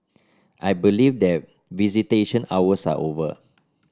I believe that visitation hours are over